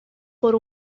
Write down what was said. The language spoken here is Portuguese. por